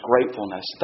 Gratefulness